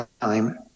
time